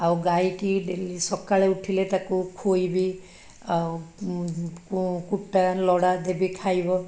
ଆଉ ଗାଈଟି ଡେଲି ସକାଳେ ଉଠିଲେ ତାକୁ ଖୋଇବି ଆଉ କୁଟା ଲଡ଼ା ଦେବି ଖାଇବ